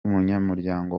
umunyamuryango